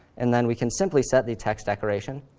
and then we can simply set the text decoration